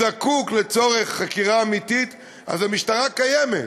זקוק לצורך חקירה אמיתית, אז המשטרה קיימת,